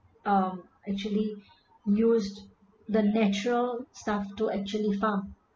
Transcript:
um actually used the natural staff to actually farm